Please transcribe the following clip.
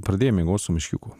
pradėjau miegot su meškiuku